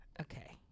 Okay